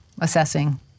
assessing